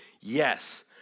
Yes